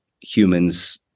humans